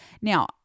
Now